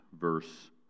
verse